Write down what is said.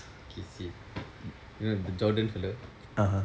okay see you know the jordan fella